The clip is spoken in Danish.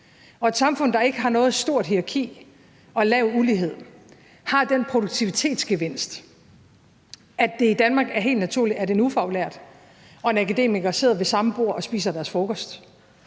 Et samfund, der ikke har noget stort hierarki og lav ulighed, har den produktivitetsgevinst, at det i Danmark er helt naturlig, at en ufaglært og en akademiker sidder ved samme bord og spiser deres frokost.